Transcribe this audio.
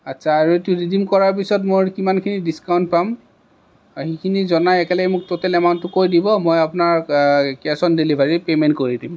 আচ্ছা আৰু এইটো ৰিডিং কৰাৰ পিছত মোৰ কিমানখিনি ডিচকাউণ্ট পাম সেইখিনি জনাই একেলগে মোক টোটেল এমাউণ্টটো কৈ দিব মই আপোনাক কেচ অন ডেলিভাৰী পেমেণ্ট কৰি দিম